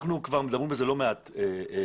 אנחנו כבר מדברים על זה לא מעט פעמים.